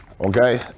okay